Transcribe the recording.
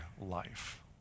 life